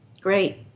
Great